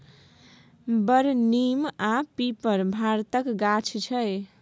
बर, नीम आ पीपर भारतक गाछ छै